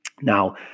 Now